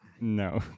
No